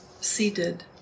seated